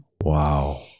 Wow